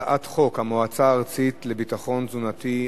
הצעת חוק המועצה הארצית לביטחון תזונתי,